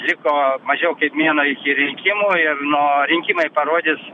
liko mažiau kaip mėnuo iki rinkimų ir no rinkimai parodys